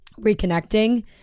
Reconnecting